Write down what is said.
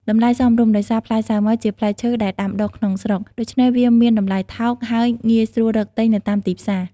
តម្លៃសមរម្យ ដោយសារផ្លែសាវម៉ាវជាផ្លែឈើដែលដាំដុះក្នុងស្រុក ដូច្នេះវាមានតម្លៃថោក ហើយងាយស្រួលរកទិញនៅតាមទីផ្សារ។